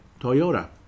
Toyota